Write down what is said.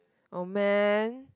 oh man